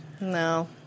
No